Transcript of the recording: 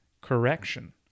correction